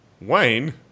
Wayne